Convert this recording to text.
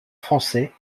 français